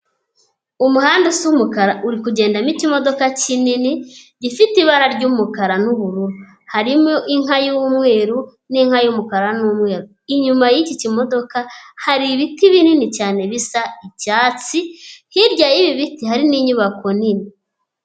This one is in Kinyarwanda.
Umuhanda usa umukara uri kugenda n'imodoka kinini gifite ibara ry'umukara n'ubururu, harimo inka y'umweru n'inka y'umukara n'umweru, inyuma y'iki kimodoka hari ibiti binini cyane bisa icyatsi, hirya y'ibi biti hari n'inyubako nini.